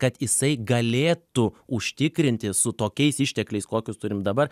kad jisai galėtų užtikrinti su tokiais ištekliais kokius turim dabar